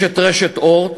יש רשת "אורט",